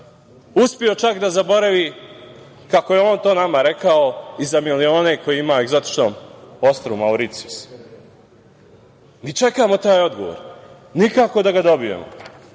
uspeo čak da zaboravi, kako je on to nama rekao, i za milione koje ima na egzotičnom ostrvu Mauricijus. Mi čekamo taj odgovor. Nikako da ga dobijemo.